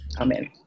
Amen